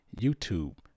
YouTube